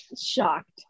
shocked